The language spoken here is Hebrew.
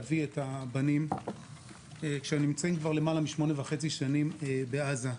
כדי להביא את הבנים שנמצאים כבר למעלה משמונה שנים וחצי בעזה.